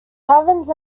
taverns